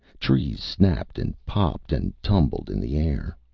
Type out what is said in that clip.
trees snapped and popped and tumbled in the air.